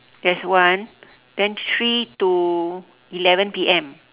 there's one then three to eleven P_M